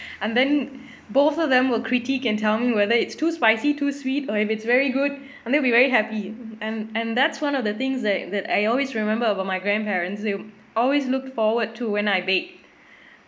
and then both of them will critique and tell me whether it's too spicy too sweet or if it's very good and they'll be very happy and and that's one of the things that that I always remember about my grandparents they always look forward to when I bake